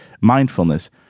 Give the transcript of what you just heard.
mindfulness